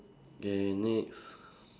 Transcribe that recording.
K next